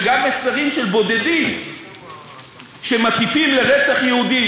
וגם מסרים של בודדים שמטיפים לרצח יהודי,